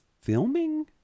filming